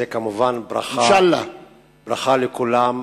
זה כמובן ברכה לכולם,